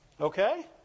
Okay